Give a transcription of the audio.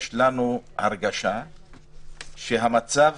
יש לנו הרגשה שהמצב